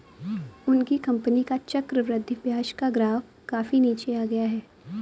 उनकी कंपनी का चक्रवृद्धि ब्याज का ग्राफ काफी नीचे आ गया है